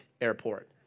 airport